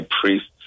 priests